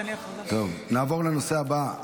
נעבור לנושא הבא,